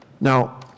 Now